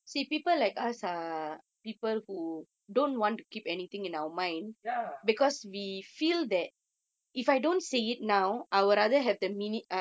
ya